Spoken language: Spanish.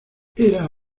era